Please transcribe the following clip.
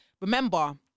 remember